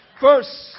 first